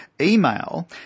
email